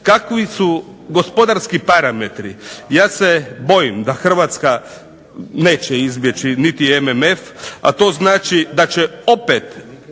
Kakvi su gospodarski parametri. Ja se bojim da Hrvatska neće izbjeći niti MMF, a to znači da će opet